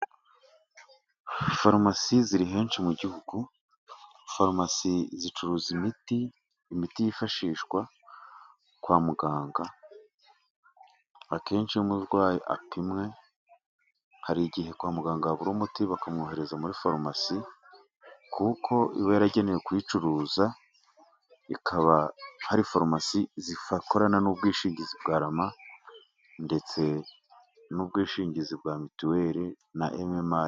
Farumasi ziri henshi mu gihugu, farumasi zicuruza imiti imiti yifashishwa kwa muganga, akenshi iyo umurwayi apimwe hari igihe kwa muganga habura umuti bakamwohereza muri farumasi, kuko iba yaragenewe kuyicuruza. Hakaba hari farumasi zikorana n'ubwishingizi bwa Rama, ndetse n'ubwishingizi bwa mituweli na ememayi.